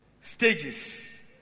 Stages